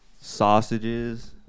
Sausages